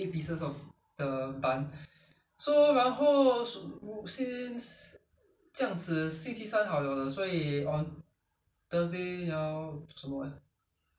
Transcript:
on thursday I really don't know what to cook 我不懂要煮什么每天每天 你又说我煮一样的东西 say I I cooking the same thing over and over again